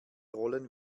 rollen